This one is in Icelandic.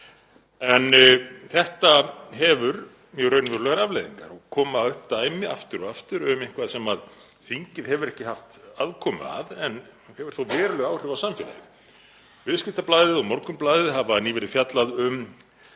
En þetta hefur mjög raunverulegar afleiðingar og koma upp dæmi aftur og aftur um eitthvað sem þingið hefur ekki haft aðkomu að en hefur þó veruleg áhrif á samfélagið. Viðskiptablaðið og Morgunblaðið hafa nýverið fjallað um